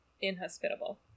inhospitable